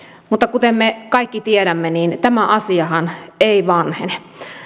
mutta kuten me kaikki tiedämme tämä asiahan ei vanhene